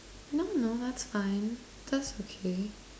no no that's fine that's okay